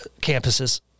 campuses